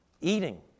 eating